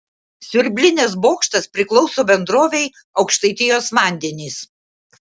siurblinės bokštas priklauso bendrovei aukštaitijos vandenys